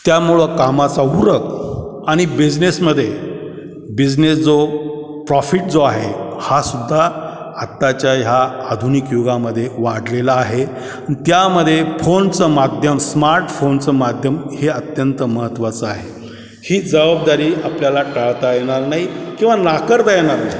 त्यामुळं कामाचा उरक आणि बिझनेसमध्ये बिझनेस जो प्रॉफिट जो आहे हासुद्धा आत्ताच्या ह्या आधुनिक युगामध्ये वाढलेला आहे त्यामध्ये फोनचं माध्यम स्मार्टफोनचं माध्यम हे अत्यंत महत्त्वाचं आहे ही जबाबदारी आपल्याला टाळता येणार नाही किंवा नाकारता येणार नाही